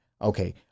okay